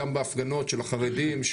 גם בהפגנות של החרדים,